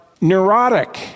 neurotic